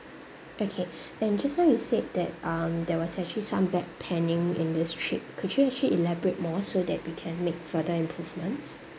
okay and just now you said that um there was actually some bad panning in this trip could you actually elaborate more so that we can make further improvements